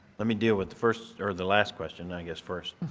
let me deal with the first or the last question, i guess, first.